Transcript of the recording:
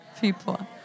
people